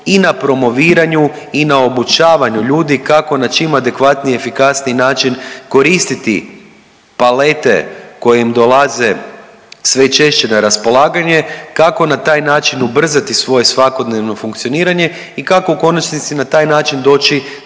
i na promoviranju i na obučavanju ljudi kako na čim adekvatniji, efikasniji način koristiti palete koje im dolaze sve češće na raspolaganje, kako na taj način ubrzati svoje svakodnevno funkcioniranje i kako u konačnici na taj način doći